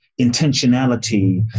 Intentionality